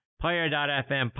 Player.fm